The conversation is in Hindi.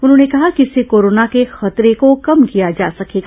उन्होंने कहा कि इससे कोरोना के खतरे को कम किया जा सकेगा